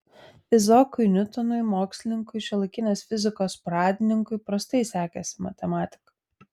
izaokui niutonui mokslininkui šiuolaikinės fizikos pradininkui prastai sekėsi matematika